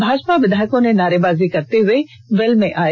भाजपा विधायकों ने नारेबाजी करते हुए वेल में आ गए